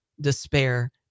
despair